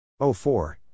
04